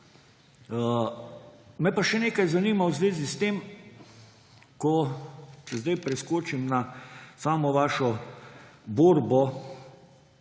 Me pa še nekaj zanima v zvezi s tem, zdaj preskočim na vašo borbo